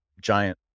giant